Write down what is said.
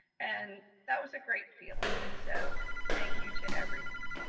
and that was a great feeling. and so thank you to everyone.